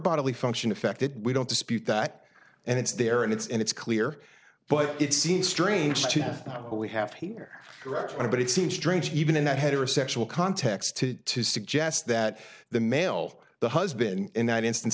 bodily function affected we don't dispute that and it's there and it's and it's clear but it seems strange to have what we have here directly but it seems strange even in that heterosexual context to to suggest that the male the husband in that instance